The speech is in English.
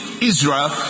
Israel